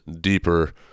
deeper